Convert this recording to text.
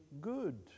good